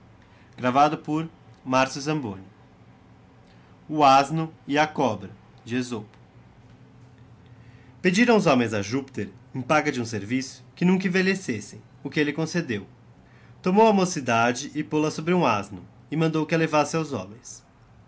vl o asno a cobra pedirão os homens a júpiter em paga de hum serviço que nunca envelhecessem o que elle concedeo tomou a mocidade e pôla sobre hum asno e mandou que a levasse aos homens